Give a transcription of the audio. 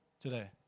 today